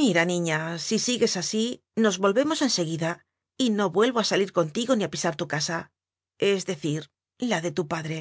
mira niña si sigues así nos volvemos en seguida y no vuelvo a salir contigo ni a pisar tu casa es decir la de tu padre